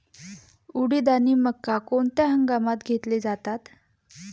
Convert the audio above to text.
उडीद आणि मका कोणत्या हंगामात घेतले जातात?